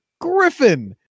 Griffin